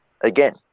again